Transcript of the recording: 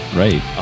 right